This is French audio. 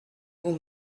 vous